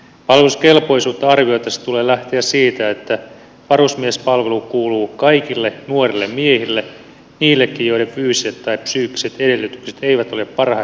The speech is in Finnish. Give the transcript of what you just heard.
palveluskelpoisuutta arvioitaessa tulee lähteä siitä että varusmiespalvelu kuuluu kaikille nuorille miehille niillekin joiden fyysiset tai psyykkiset edellytykset eivät ole parhaimmasta päästä